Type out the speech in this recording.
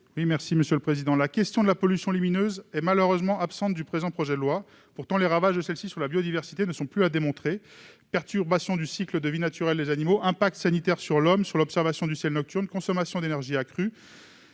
La question de la pollution lumineuse est malheureusement absente du présent projet de loi. Pourtant, ses ravages sur la biodiversité ne sont plus à démontrer : perturbation du cycle de vie naturel des animaux, conséquences sanitaires sur l'homme, impact sur l'observation du ciel nocturne, consommation d'énergie accrue.